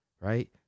right